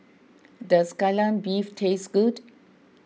does Kai Lan Beef taste good